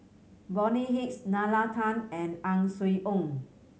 Bonny Hicks Nalla Tan and Ang Swee Aun